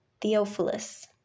Theophilus